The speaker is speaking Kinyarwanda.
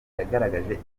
yagaragaje